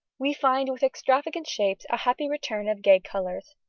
we find with extravagant shapes a happy return of gay colours.